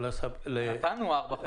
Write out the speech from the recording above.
נתנו ארבע-חמש שנים.